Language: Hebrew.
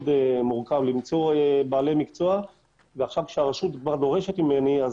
מורכב למצוא בעלי מקצוע ועכשיו כשהרשות דורשת ממני,